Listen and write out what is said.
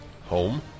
home